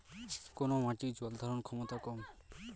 কোন মাটির জল ধারণ ক্ষমতা কম?